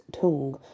tongue